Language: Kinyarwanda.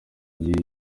gihe